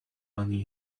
money